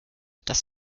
das